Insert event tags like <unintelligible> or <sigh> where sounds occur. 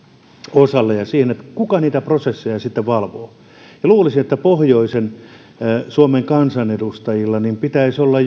osalle ja siihen kuka niitä prosesseja sitten valvoo niin luulisi että pohjoisen suomen kansanedustajilla pitäisi olla <unintelligible>